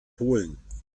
polen